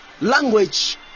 language